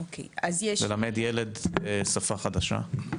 ללמד ילד שפה חדשה?